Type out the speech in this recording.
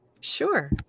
Sure